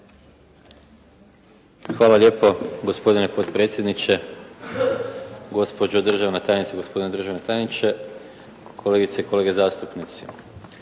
Hvala lijepo gospodine potpredsjedniče. Gospođo državna tajnice, gospodine državni tajniče, kolegice i kolege zastupnici.